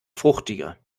fruchtiger